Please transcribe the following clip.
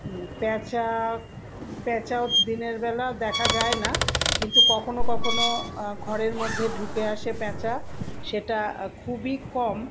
পেঁচা পেঁচাও দিনেরবেলা দেখা যায় না কিন্তু কখনও কখনও ঘরের মধ্যে ঢুকে আসে পেঁচা সেটা খুবই কম